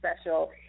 special